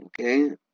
okay